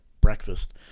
breakfast